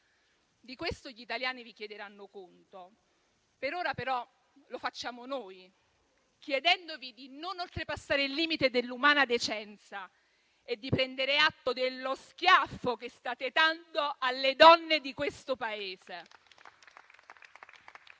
Di questo gli italiani vi chiederanno conto. Per ora, però, lo facciamo noi, chiedendovi di non oltrepassare il limite dell'umana decenza e di prendere atto dello schiaffo che state dando alle donne di questo Paese.